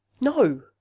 No